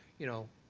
you know,